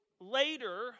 later